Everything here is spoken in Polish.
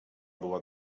była